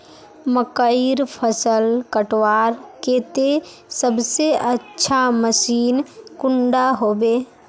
मकईर फसल कटवार केते सबसे अच्छा मशीन कुंडा होबे?